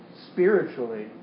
Spiritually